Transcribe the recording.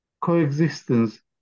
coexistence